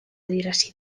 adierazi